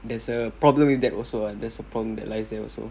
there's a problem with that also ah there's a problem that lies there also